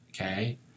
okay